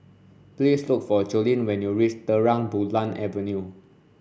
please look for Jolene when you reach Terang Bulan Avenue